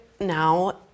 now